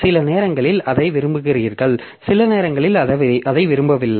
சில நேரங்களில் அதை விரும்புகிறீர்கள் சில நேரங்களில் அதை விரும்பவில்லை